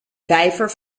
vijver